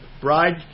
bride